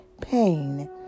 pain